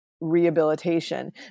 rehabilitation